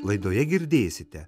laidoje girdėsite